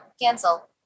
cancel